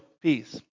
peace